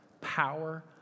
Power